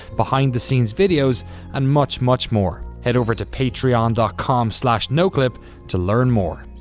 behind-the-scenes videos and much, much more. head over to patreon dot com slash noclip to learn more.